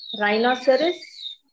Rhinoceros